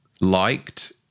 liked